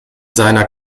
seiner